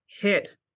hit